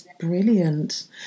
brilliant